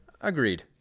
Agreed